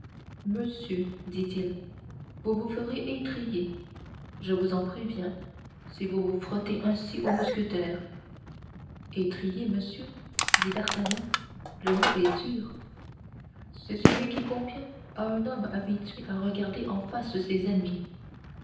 monsieur dit-il vous vous ferez étriller je vous en préviens si vous vous frottez ainsi aux mousquetaires étriller monsieur dit d'artagnan le mot est dur c'est celui qui convient à un homme habitué à regarder en face ses ennemis